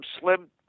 slim